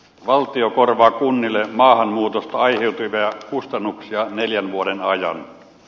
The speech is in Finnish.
valtio korvaa kunnille maahanmuutosta aiheutuvia kustannuksia neljän vuoden ajan